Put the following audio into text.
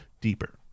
deeper